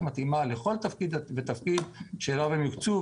מתאימה לכל תפקיד ותפקיד שאליו הם יוקצו.